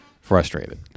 frustrated